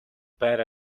bad